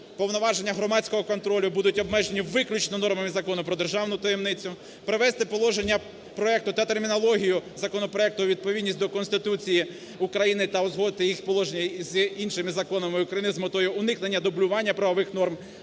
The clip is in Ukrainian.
повноваження громадського контролю будуть обмежені виключно нормами Закону про державну таємницю, привести положення проекту та термінологію законопроекту у відповідність до Конституції України та узгодити їх положення з іншими законами України з метою уникнення дублювання правових норм,